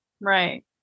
Right